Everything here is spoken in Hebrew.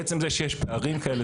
עצם זה שיש פערים כאלה,